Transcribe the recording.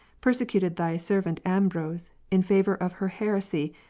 persecuted thy servant ambrose, in favour of her heresy,